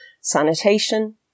Sanitation